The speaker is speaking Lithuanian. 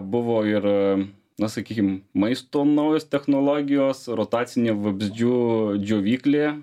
buvo ir na sakykim maisto naujos technologijos rotacinė vabzdžių džiovyklė